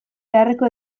beharreko